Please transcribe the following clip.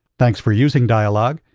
thanks for using dialog,